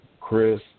Chris